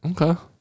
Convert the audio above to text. Okay